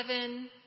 heaven